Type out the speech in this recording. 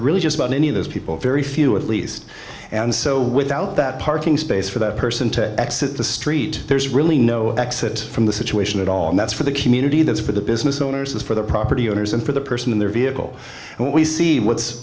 really just about any of those people very few at least and so without that parking space for that person to exit the street there's really no exit from the situation at all and that's for the community that's for the business owners for the property owners and for the person in their vehicle when we see what's